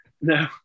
no